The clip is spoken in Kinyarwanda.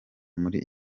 muri